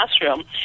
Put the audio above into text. classroom